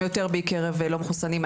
הם יותר בקרב לא מחוסנים,